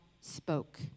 spoke